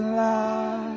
life